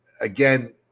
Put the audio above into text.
again